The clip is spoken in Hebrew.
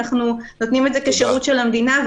אנחנו נותנים את זה כשירות של המדינה,